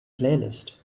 playlist